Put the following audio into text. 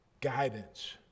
guidance